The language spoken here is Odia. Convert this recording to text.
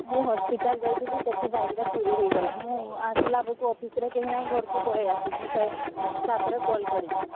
ମୁଁ ହସ୍ପିଟାଲ୍ ଯାଇଥିଲି ସେଠି ବାଇକ୍ଟା ଚୋରି ହେଇଗଲା ମୁଁ ଆସିଲାବେଳକୁ ଅଫିସ୍ରେ କେହି ନାହିଁ ଘରକୁ ପଳାଇ ଆସିଲି ତାପରେ କଲ୍ କରିବି